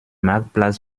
marktplatz